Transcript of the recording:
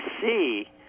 see